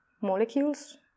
molecules